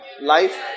Life